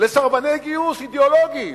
לסרבני גיוס אידיאולוגיים,